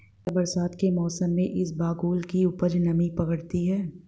क्या बरसात के मौसम में इसबगोल की उपज नमी पकड़ती है?